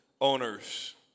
owners